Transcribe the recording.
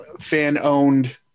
fan-owned